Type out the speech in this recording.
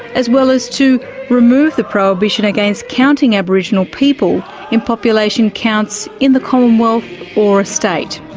as well as to remove the prohibition against counting aboriginal people in population counts in the commonwealth or a state.